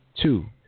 two